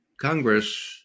Congress